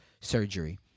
Surgery